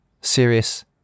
serious